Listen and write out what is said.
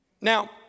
Now